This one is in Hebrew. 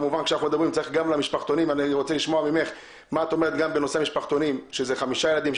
אני רוצה לשמוע ממך מה את אומרת בנושא המשפחתונים שזה 5 ילדים,